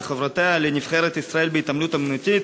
וחברותיה לנבחרת ישראל בהתעמלות אמנותית